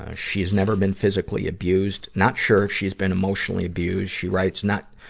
ah she has never been physically abused. not sure if she's been emotionally abused. she writes, not,